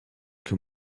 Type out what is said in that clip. que